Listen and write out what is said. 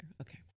Okay